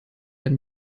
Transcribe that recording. ein